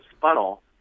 funnel